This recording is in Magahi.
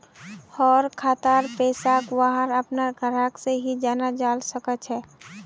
हर खातार पैसाक वहार अपनार ग्राहक से ही जाना जाल सकछे